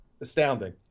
astounding